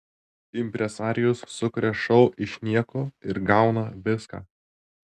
impresarijus sukuria šou iš nieko ir gauna viską